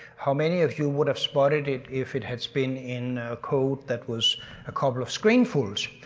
how many of you would have spotted it if it had been in code that was a couple of screen fulls?